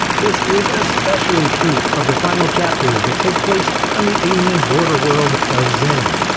this is especially true of the final chapters that take place on the alien borderworld of xen.